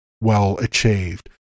well-achieved